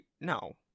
no